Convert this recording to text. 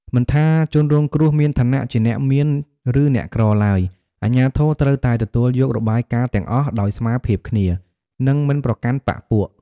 មិនថាជនរងគ្រោះមានឋានៈជាអ្នកមាន ឬអ្នកក្រីក្រឡើយ អាជ្ញាធរត្រូវតែទទួលយករបាយការណ៍ទាំងអស់ដោយស្មើភាពគ្នា និងមិនប្រកាន់បក្ខពួក។